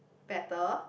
better